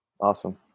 Awesome